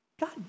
God